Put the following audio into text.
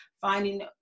finding